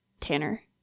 Tanner